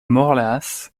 morlaàs